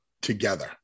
together